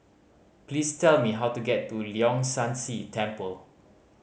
please tell me how to get to Leong San See Temple